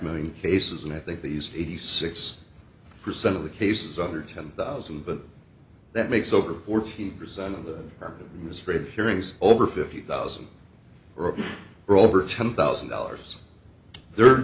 million cases and i think these eighty six percent of the cases under ten thousand but that makes over fourteen percent of the history of hearings over fifty thousand or over ten thousand dollars the